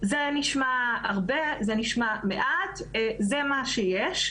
זה נשמע הרבה או מעט - זה מה שיש.